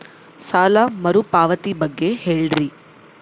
ಸಾಲ ಮರುಪಾವತಿ ಬಗ್ಗೆ ಹೇಳ್ರಿ?